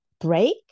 break